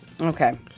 Okay